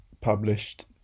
published